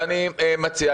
ואני מציע,